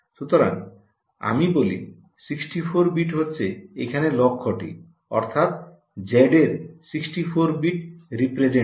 সুতরাং আমি বলি 64 বিট হচ্ছে এখানে লক্ষ্যটি অর্থাৎ Z এর 64 বিট রিপ্রেজেন্ট করা